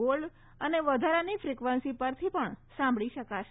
gold channel અને વધારાની frequency પરથી પણ સાંભળી શકાશે